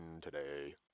Today